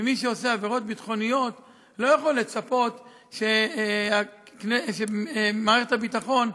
ומי שעושה עבירות ביטחוניות לא יכול לצפות שמערכת הביטחון,